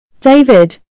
David